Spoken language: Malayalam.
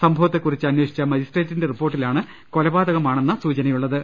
സംഭവത്തെക്കുറിച്ച് അന്വേഷിച്ച മജിസട്രേറ്റിന്റെ റിപ്പോർട്ടിലാണ് കൊലപാതകമാണെന്ന സൂചനയുള്ളത്